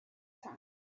sand